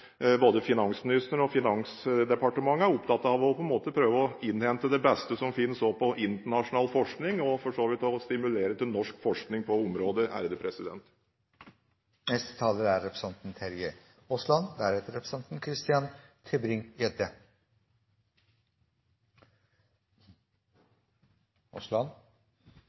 både finansministeren og Finansdepartementet er opptatt av å prøve å innhente det beste som finnes innen internasjonal forskning, og for så vidt også stimulere til norsk forskning på området.